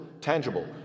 tangible